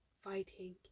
fighting